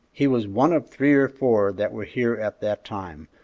he was one of three or four that were here at that time,